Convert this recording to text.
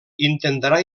intentarà